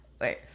Wait